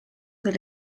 del